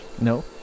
no